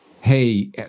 Hey